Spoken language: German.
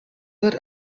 wird